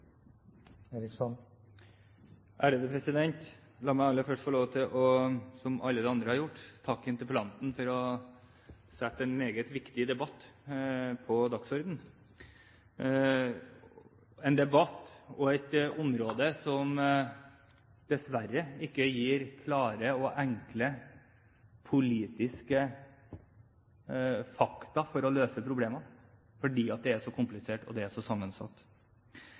La meg aller først få lov til, som alle de andre har gjort, å takke interpellanten for å sette en meget viktig debatt på dagsordenen – en debatt og et område som dessverre ikke gir klare og enkle politiske fakta for å løse problemene, fordi det er så komplisert, og det er så sammensatt.